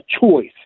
choice